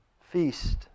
Feast